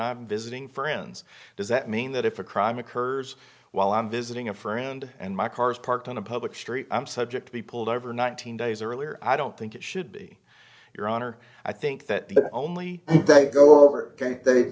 i'm visiting friends does that mean that if a crime occurs while i'm visiting a friend and my car is parked on a public street i'm subject to be pulled over nineteen days earlier i don't think it should be your honor i think that the only th